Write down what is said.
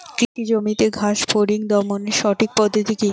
কৃষি জমিতে ঘাস ফরিঙ দমনের সঠিক পদ্ধতি কি?